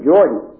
Jordan